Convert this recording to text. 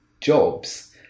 jobs